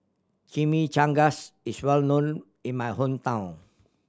chimichangas is well known in my hometown